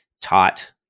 taught